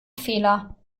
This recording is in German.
fehler